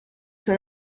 suo